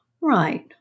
Right